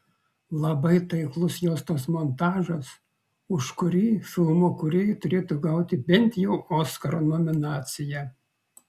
labai taiklus juostos montažas už kurį filmo kūrėjai turėtų gauti bent jau oskaro nominaciją